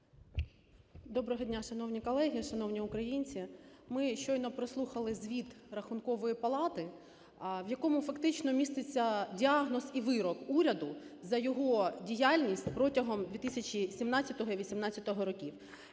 Доброго дня, шановні колеги, шановні українці! Ми щойно прослухали Звіт Рахункової палати, в якому фактично міститься діагноз і вирок уряду за його діяльність протягом 2017-2018 років.